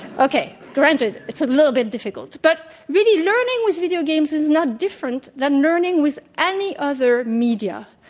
okay, granted, it's a little bit difficult. but really, learning with video games is not different than learning with any other media.